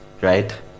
right